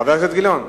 חבר הכנסת גילאון.